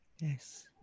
Yes